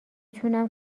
تونم